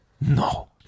No